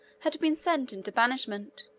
had been sent into banishment,